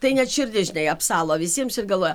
tai net širdis žinai apsalo visiems ir galvoja